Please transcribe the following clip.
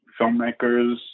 filmmakers